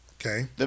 Okay